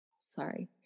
Sorry